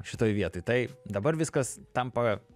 šitoj vietoj tai dabar viskas tampa